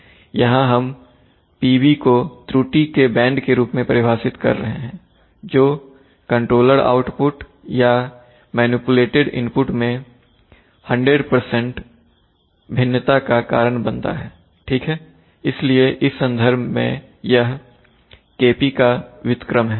यहां हम PB को त्रुटि के बैंड के रूप में परिभाषित कर रहे हैं जो कंट्रोलर आउटपुट या मैनिपुलेटेड इनपुट मैं 100 भिन्नता का कारण बनता है ठीक है इसलिए इस संदर्भ में यह Kp का व्युत्क्रम है